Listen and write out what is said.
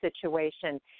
situation